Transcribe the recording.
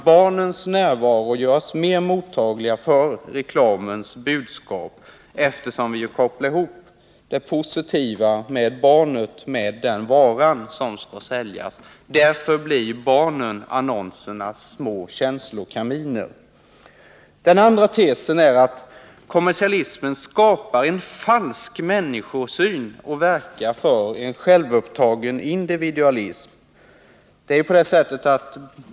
Barnens närvaro gör oss mer mottagliga för reklamens budskap, eftersom vi kopplar ihop det positiva barnet och varan. Barnen blir annonsernas små känslokaminer. Den andra tesen är att kommersialismen skapar en falsk människosyn och verkar för en självupptagen individualism.